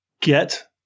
get